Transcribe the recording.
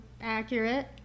Accurate